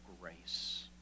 grace